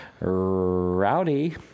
Rowdy